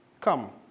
Come